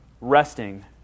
Resting